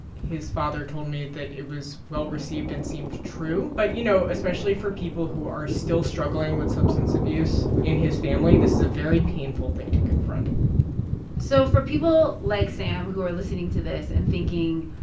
his father told me that it was well received and seemed true. but, you know, especially for people who are still struggling with substance abuse in his family, this is a very painful thing to confront so for people like sam who are listening to this and thinking,